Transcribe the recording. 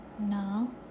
Now